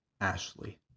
Ashley